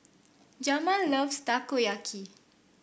Jamal loves Takoyaki